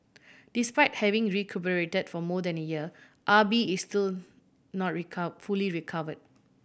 despite having recuperated for more than a year Ah Bi is still not fully recover